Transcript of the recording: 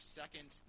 second